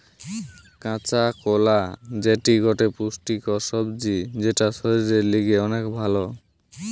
কাঁচা কোলা যেটি গটে পুষ্টিকর সবজি যেটা শরীরের লিগে অনেক ভাল